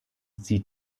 sie